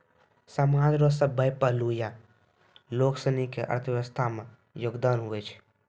समाज रो सभ्भे पहलू या लोगसनी के अर्थव्यवस्था मे योगदान हुवै छै